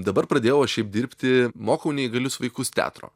dabar pradėjau aš šiaip dirbti mokau neįgalius vaikus teatro